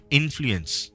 influence